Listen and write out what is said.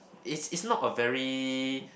is is not a very